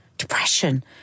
depression